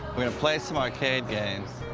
we're gonna play some arcade games,